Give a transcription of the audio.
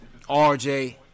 RJ